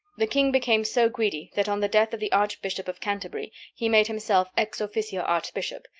the king became so greedy that on the death of the archbishop of canterbury he made himself ex-officio archbishop,